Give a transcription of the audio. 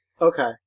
Okay